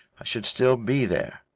i should still be there.